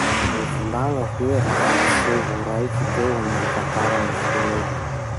Mba mivolagna hoe raha-niseho raiky teo amy gny tantaran'i Soeda?